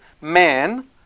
man